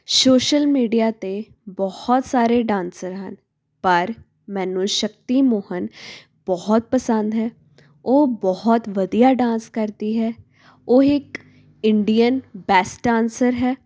social media 'ਤੇ ਬਹੁਤ ਸਾਰੇ ਡਾਂਸਰ ਹਨ ਪਰ ਮੈਨੂੰ ਸ਼ਕਤੀ ਮੋਹਨ ਬਹੁਤ ਪਸੰਦ ਹੈ ਉਹ ਬਹੁਤ ਵਧੀਆ ਡਾਂਸ ਕਰਦੀ ਹੈ ਉਹ ਇੱਕ ਇੰਡੀਅਨ ਬੈਸਟ ਡਾਂਸਰ ਹੈ